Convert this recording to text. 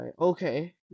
Okay